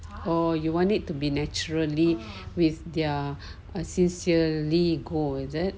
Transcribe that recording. oh you want it to be naturally with their are sincerely go is it